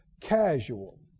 casual